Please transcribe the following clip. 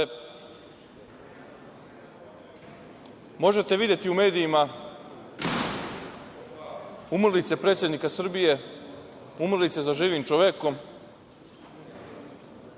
možete videti u medijima umrlice predsednika Srbije, umrlice za živim čovekom,